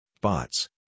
bots